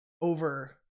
over